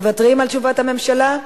מוותרים על תשובת הממשלה?